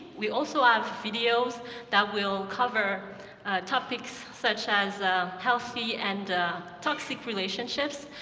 we also have videos that will cover topics, such as healthy and toxic relationships.